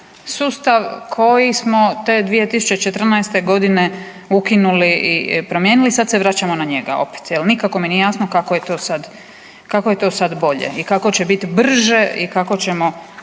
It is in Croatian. sustav koji smo te 2014. godine ukinuli i promijenili, sad se vraćamo na njega opet. Nikako mi nije jasno kako je to sad bolje i kako će biti brže i kako ćemo